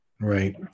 Right